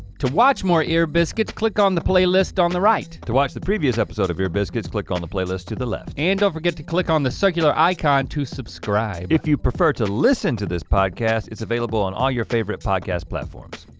to watch more ear biscuits click on the playlist on the right. to watch the previous episode of ear biscuits click on the playlist to the left. and don't forget to click on the circular icon to subscribe. if you prefer to listen to this podcast. it's available on all your favorite podcast platforms.